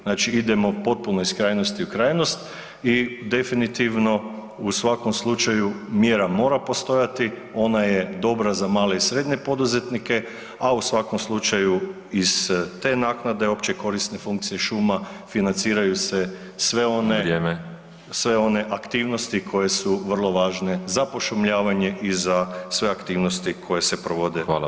Znači idemo potpuno iz krajnosti u krajnost i definitivno u svakom slučaju mjera mora postojati ona je dobra za male i srednje poduzetnike, a u svakom slučaju iz te naknade općekorisne funkcije šuma financiraju se sve one [[Upadica: Vrijeme.]] sve one aktivnosti koje su vrlo važne za pošumljavanje i za sve aktivnosti koje se provode na polju šuma.